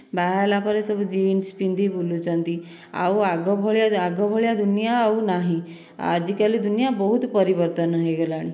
ବାହା ହେଲାପରେ ସବୁ ଜିନ୍ସ ପିନ୍ଧି ବୁଲୁଛନ୍ତି ଆଉ ଆଗ ଭଳିଆ ଆଗ ଭଳିଆ ଦୁନିଆଁ ଆଉ ନାହିଁ ଆଜିକାଲି ଦୁନିଆଁ ବହୁତ ପରିବର୍ତ୍ତନ ହୋଇଗଲାଣି